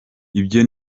ibyo